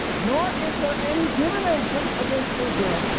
nor is there any divination against israel.